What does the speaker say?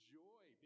joy